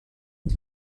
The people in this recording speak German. die